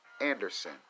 Anderson